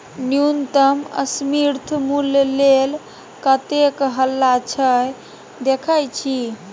न्युनतम समर्थित मुल्य लेल कतेक हल्ला छै देखय छी